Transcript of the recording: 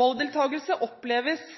Valgdeltakelse oppleves